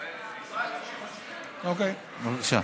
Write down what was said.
ישראל, בבקשה.